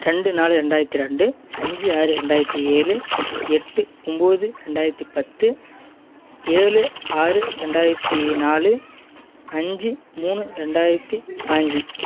ரெண்டு நாலு ரெண்டாயிரத்தி ரெண்டு அஞ்சு ஆறு ரெண்டாயிரத்தி ஏழு எட்டு ஒம்பது ரெண்டாயிரத்தி பத்து ஏழு ஆறு ரெண்டாயிரத்தி நாலு அஞ்சு மூணு ரெண்டாயிரத்தி பாஞ்சு